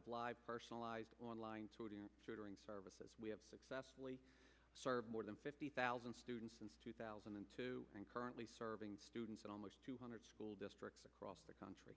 of live personalized online tutoring services we have successfully served more than fifty thousand students in two thousand and two and currently serving students at almost two hundred school districts across the country